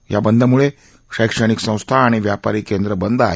या बंदमुळे शैक्षणिक संस्था आणि व्यापारी केंद्र बंद आहेत